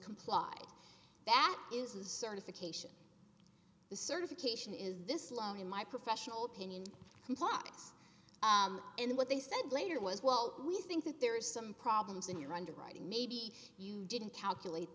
complied that is a certification the certification is this low in my professional opinion complies and what they said later was well we think that there is some problems in your underwriting maybe you didn't calculate